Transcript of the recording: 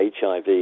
HIV